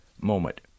moment